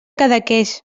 cadaqués